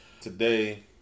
Today